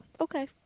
Okay